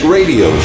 Radio